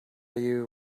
you